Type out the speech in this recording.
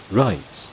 right